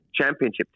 championship